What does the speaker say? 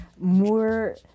more